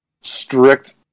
strict